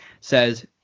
says